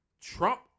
Trump